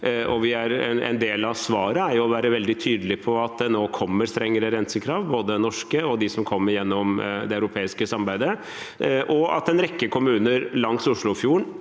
En del av svaret er å være veldig tydelig på at det nå kommer strengere rensekrav, både norske og gjennom det europeiske samarbeidet, og at en rekke kommuner langs Oslofjorden